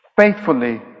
Faithfully